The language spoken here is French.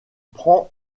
prend